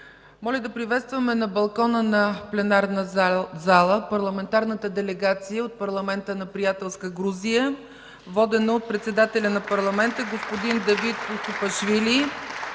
моля да приветстваме на балкона на пленарната зала парламентарната делегация от парламента на приятелска Грузия, водена от председателя на парламента господин Давид Усупашвили.